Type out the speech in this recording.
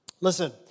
Listen